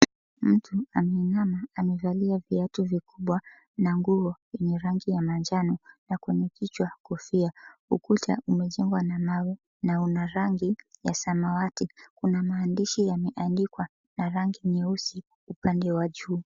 Mtu ameinama, amevalia viatu vikubwa na nguo yenye rangi ya manjano na kwenye kichwa kofia. Ukuta umejengwa na mawe na una rangi ya samawati. Kuna maandishi yameandikwa na rangi nyeusi upande wa juu.